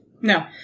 No